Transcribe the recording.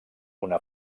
una